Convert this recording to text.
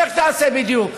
איך תעשה בדיוק?